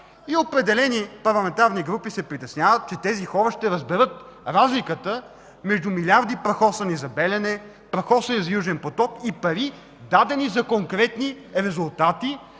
И определени парламентарни групи се притесняват, че тези хора ще разберат разликата между милиарди, прахосани за „Белене”, прахосани за „Южен поток”, и пари, дадени за конкретни резултати.